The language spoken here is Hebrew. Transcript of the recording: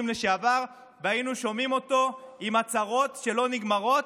לשעבר והיינו שומעים אותו עם הצהרות שלא נגמרות.